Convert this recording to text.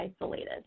isolated